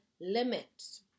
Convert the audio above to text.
limits